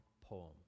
poem